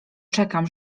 czekam